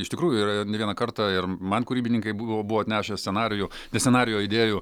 iš tikrųjų yra ne vieną kartą ir man kūrybininkai buvo buvo atnešę scenarijų ne scenarijų o idėjų